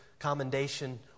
commendation